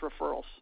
referrals